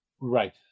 Right